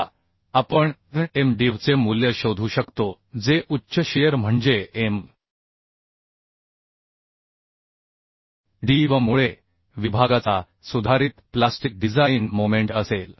आता आपण m d v चे मूल्य शोधू शकतो जे उच्च शिअर म्हणजे m d v मुळे विभागाचा सुधारित प्लास्टिक डिझाइन मोमेंट असेल